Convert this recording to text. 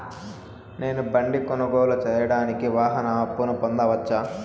నేను బండి కొనుగోలు సేయడానికి వాహన అప్పును పొందవచ్చా?